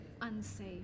unsafe